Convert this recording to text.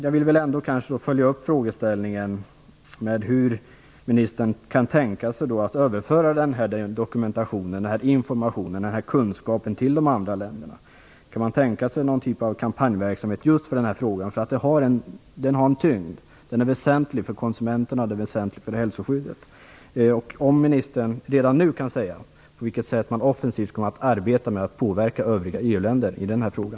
Jag vill följa upp med att fråga hur ministern kan tänka sig att överföra sådan här dokumentation, information och kunskap till de andra länderna. Kan man tänka sig någon typ av kampanjverksamhet i denna fråga, som är väsentlig för konsumenterna och för hälsoskyddet? Kan ministern redan nu säga på vilket sätt man offensivt kommer att arbeta för att påverka övriga EU-länder i denna fråga?